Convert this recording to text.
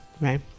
right